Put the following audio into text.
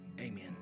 Amen